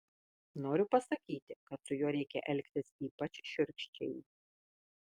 noriu pasakyti kad su juo reikia elgtis ypač šiurkščiai